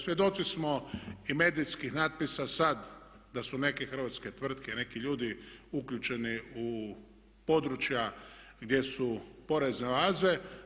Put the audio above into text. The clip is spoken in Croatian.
Svjedoci smo i medijskih natpisa sada da su neke hrvatske tvrtke i neki ljudi uključeni u područja gdje su porezne oaze.